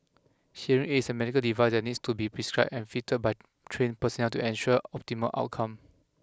hearing aids a medical device that needs to be prescribed and fitted by trained personnel to ensure optimum outcome